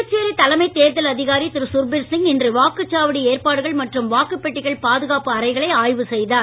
புதுச்சேரி தலைமை தேர்தல் அதிகாரி திரு சுர்பிர் சிங் இன்று வாக்குச்சாவடி ஏற்பாடுகள் மற்றும் வாக்குப்பெட்டிகள் பாதுகாப்பு அறைகளை ஆய்வு செய்தார்